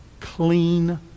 clean